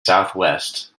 southwest